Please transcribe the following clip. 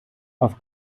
auf